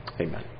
Amen